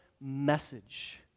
message